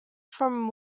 from